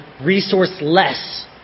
resourceless